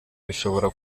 bishobora